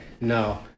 No